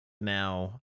Now